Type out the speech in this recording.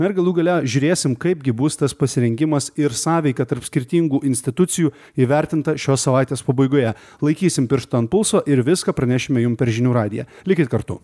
na ir galų gale žiūrėsim kaipgi bus tas pasirengimas ir sąveika tarp skirtingų institucijų įvertinta šios savaitės pabaigoje laikysim pirštą ant pulso ir viską pranešime jum per žinių radiją likit kartu